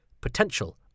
potential